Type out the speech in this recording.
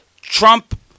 Trump